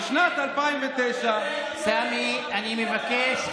בשנת 2009, סמי, אני מבקש.